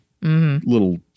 little